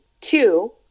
two